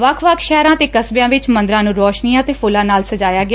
ਵੱਖ ਵੱਖ ਸ਼ਹਿਰਾਂ ਤੇ ਕਸਬਿਆਂ ਵਿਚ ਮੰਦਰਾਂ ਨੂੰ ਰੋਸ਼ਨੀਆਂ ਤੇ ਫੂੱਲਾਂ ਨਾਲ ਸਜਾਇਆ ਗਿਆ